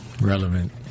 Relevant